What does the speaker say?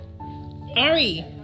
Ari